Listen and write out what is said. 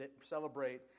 celebrate